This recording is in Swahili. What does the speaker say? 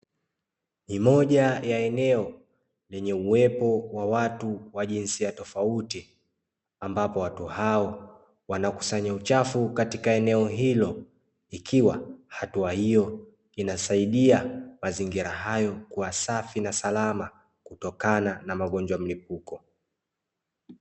Ni moja ya eneo lenye uwepo wa watu wa jinsia tofauti ambapo watu hao wanakusanya uchafu katika eneo hilo, ikiwa hatua hiyo inasaidia mazingira hayo kuwa safi na salama kutokana na magonjwa mlipuko.